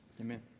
Amen